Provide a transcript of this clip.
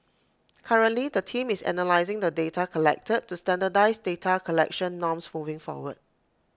currently the team is analysing the data collected to standardise data collection norms moving forward